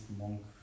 monk